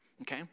Okay